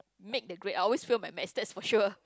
make the grade I always fail my maths that's for sure